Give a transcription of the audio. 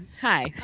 hi